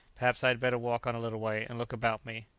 perhaps i had better walk on a little way, and look about me.